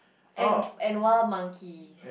and and wild monkeys